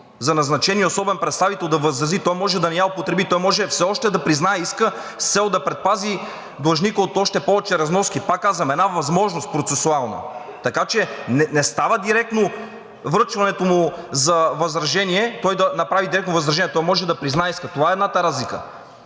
за назначения особен представител да възрази – той може да не я употреби, той може все още да признае иска с цел да предпази длъжника от още повече разноски. Пак казвам, една процесуална възможност. Така че не става директно връчването му за възражение – той да направи директно възражение. Той може да признае иска – това е едната разлика,